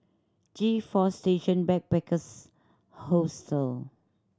G Four Station Backpackers Hostel